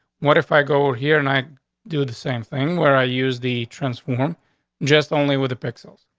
what if i go over here and i do the same thing where i use the transform just only with the pixels.